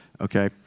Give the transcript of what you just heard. okay